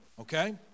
okay